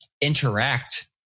interact